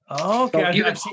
okay